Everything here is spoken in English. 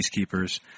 peacekeepers